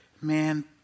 Man